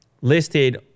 listed